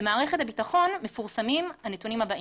במערכת הביטחון מפורסמים הנתונים הבאים,